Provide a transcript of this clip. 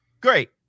Great